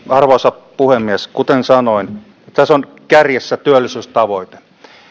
arvoisa puhemies kuten sanoin tässä on kärjessä työllisyystavoite